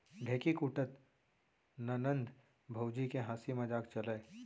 ढेंकी कूटत ननंद भउजी के हांसी मजाक चलय